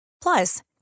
Plus